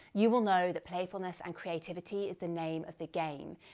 you will know that playfulness and creativity is the name of the game.